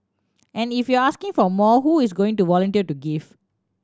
and if you are asking for more who is going to volunteer to give